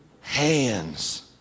hands